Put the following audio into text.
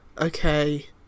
okay